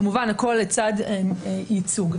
כמובן הכול לצד ייצוג.